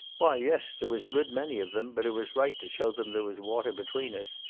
why, yes, there was a good many of them but it was right to show them there was water between us,